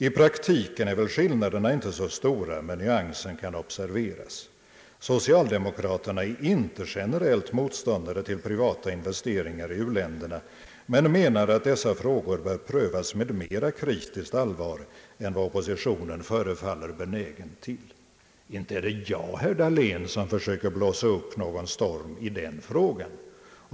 I praktiken är väl skillnaderna inte stora, men nyansen kan observeras. Socialdemokraterna är inte generellt motståndare till privata investeringar i u-länderna, men menar att dessa frågor bör prövas med mera kritiskt allvar än vad oppositionen förefaller benägen till.» Inte är det jag, herr Dahlén, som försöker blåsa upp någon storm i den frågan.